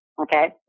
okay